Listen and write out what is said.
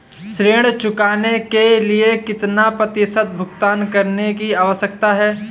ऋण चुकाने के लिए कितना प्रतिशत भुगतान करने की आवश्यकता है?